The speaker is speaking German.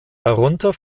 darunter